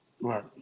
right